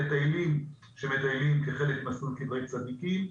מטיילים שמטיילים כחלק ממסלול בקברי צדיקים.